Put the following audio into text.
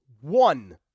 One